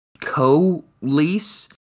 Co-lease